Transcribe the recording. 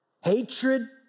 hatred